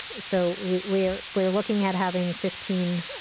so we are we are looking at having fifteen